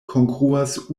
kongruas